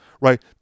right